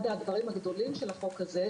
אחד הדברים הגדולים של החוק הזה,